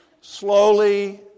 slowly